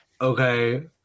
okay